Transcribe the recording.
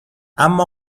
اما